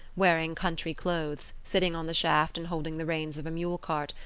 wearing country clothes, sitting on the shaft and holding the reins of a mule cart,